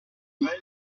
vice